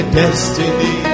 destiny